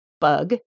bug